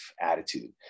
attitude